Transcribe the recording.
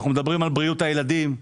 אנו מדברים על בריאות הילדים.